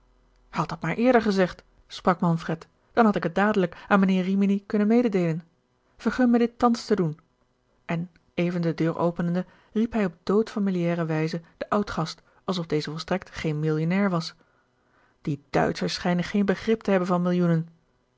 dat maar eerder gezegd sprak manfred dan had ik het dadelijk aan mijnheer rimini kunnen mededeelen vergun me dit thans te doen en even de deur openende riep hij op dood familiare wijze den oudgast alsof deze volstrekt geen millionnair was die duitschers schijnen geen begrip te hebben van millioenen